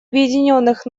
объединенных